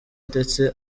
ndetse